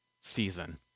season